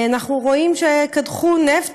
אנחנו רואים שקדחו נפט,